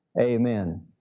Amen